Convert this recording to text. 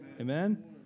Amen